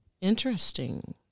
Interesting